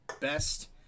best